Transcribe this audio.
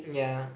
yeah